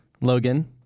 Logan